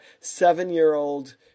seven-year-old